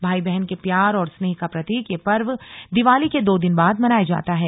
भाई बहन के प्यार और स्नेह का प्रतीक यह पर्व दीवाली के दो दिन बाद मनाया जाता है